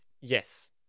Yes